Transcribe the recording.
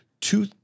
two